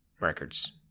records